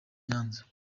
nyanza